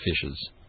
fishes